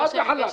חד וחלק.